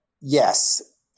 yes